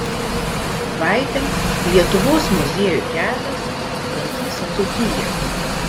šią savaitę lietuvos muziejų kelias aplankys dzūkiją